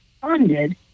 funded